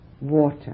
water